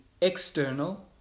external